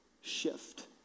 shift